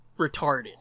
retarded